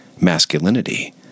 masculinity